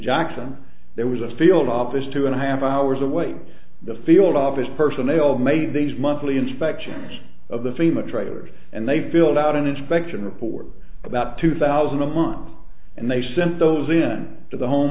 jackson there was a field office two and a half hours away the field office personnel made these monthly inspections of the fema trailer and they filled out an inspection report about two thousand a month and they sent those in to the home